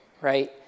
right